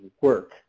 work